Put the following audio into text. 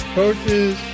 coaches